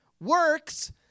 Works